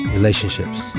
Relationships